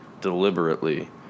deliberately